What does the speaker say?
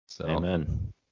Amen